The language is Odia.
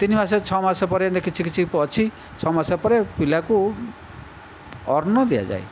ତିନି ମାସ ଛଅ ମାସ ପରେ ଏମିତି କିଛି କିଛି ଅଛି ଛଅ ମାସ ପରେ ପିଲାକୁ ଅନ୍ନ ଦିଆଯାଏ